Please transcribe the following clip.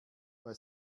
bei